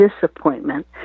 disappointment